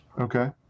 Okay